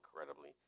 incredibly